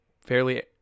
fairly